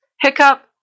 Hiccup